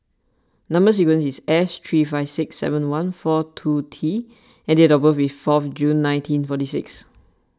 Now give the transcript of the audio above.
Number Sequence is S three five six seven one four two T and date of birth is fourth June nineteen forty six